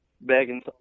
begging